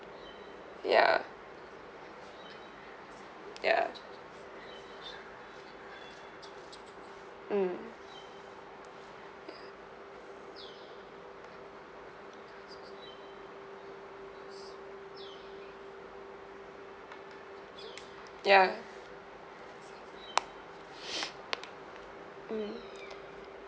ya ya mm ya ya mm